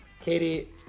Katie